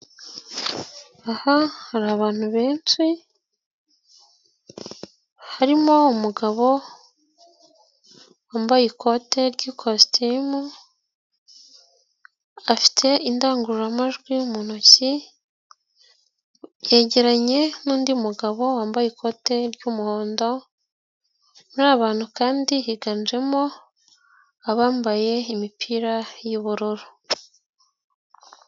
Aha hari abantu benshi, harimo umugabo wambaye ikote ry'ikositimu, afite indangururamajwi mu ntoki, yegeranye n'undi mugabo wambaye ikote ry'umuhondo, muri aba bantu kandi higanjemo abambaye imipira y'ubururu.